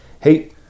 Hey